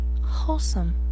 wholesome